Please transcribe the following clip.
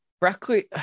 Brackley